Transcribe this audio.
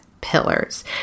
pillars